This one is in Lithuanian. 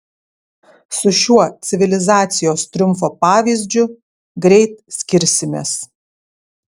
su šiuo civilizacijos triumfo pavyzdžiu greit skirsimės